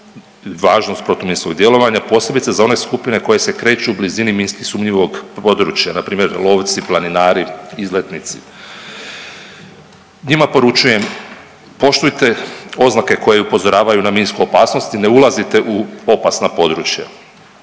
važnost protuminskog djelovanja posebice za one skupine koje se kreću u blizini minski sumnjivog područja npr. lovci, planinari, izletnici. Njima poručujem poštujte oznake koje upozoravaju na minsku opasnost i ne ulazite u opasna područja.